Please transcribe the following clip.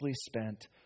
spent